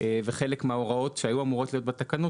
וחלק מההוראות שהיו אמורות להיות בתקנות